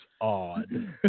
odd